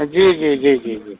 जी जी जी जी जी